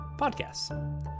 podcasts